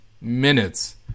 minutes